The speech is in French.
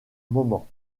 moment